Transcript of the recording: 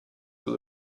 will